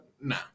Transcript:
no